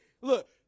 Look